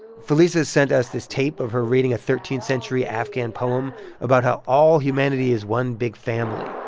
felisa sent us this tape of her reading a thirteenth century afghan poem about how all humanity is one big family